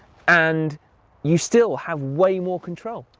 and you still have way more control.